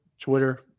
Twitter